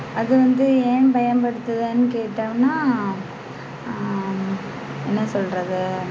அது வந்து ஏன் பயன்படுத்துகிறேன்னு கேட்டோம்னா என்ன சொல்கிறது